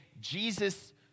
Jesus